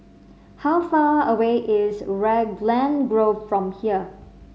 how far away is Raglan Grove from here